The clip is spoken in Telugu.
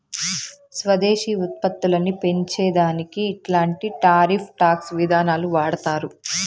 స్వదేశీ ఉత్పత్తులని పెంచే దానికి ఇట్లాంటి టారిఫ్ టాక్స్ విధానాలు వాడతారు